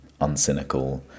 uncynical